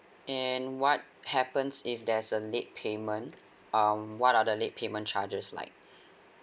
and what happens if there's a late payment um what are the late payment charges like